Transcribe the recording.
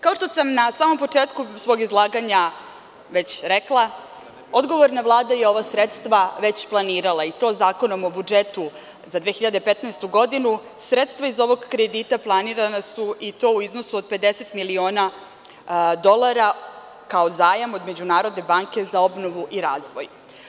Kao što sam na samom početku svog izlaganja već rekla, odgovorna Vlada je ova sredstva već planirala i to Zakonom o budžetu za 2015. godinu, sredstva iz ovog kredita planirana su i to u iznosu od 50 miliona dolara kao zajam od Međunarodne banke za obnovu i razvoj.